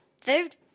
food